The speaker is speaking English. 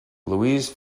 louise